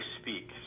speak